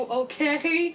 okay